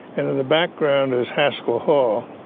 and in the background is haskell hall